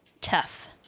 tough